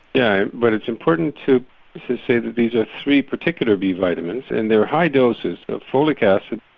yeah but it's important to say that these are three particular b vitamins and they're high doses of folic acid,